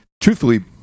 truthfully